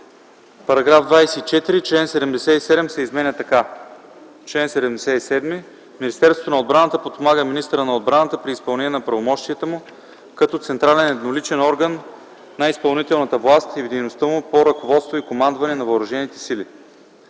армия”. § 24. Член 77 се изменя така: „Чл. 77. (1) Министерството на отбраната подпомага министъра на отбраната при изпълнение на правомощията му като централен едноличен орган на изпълнителната власт и в дейността му по ръководство и командване на въоръжените сили.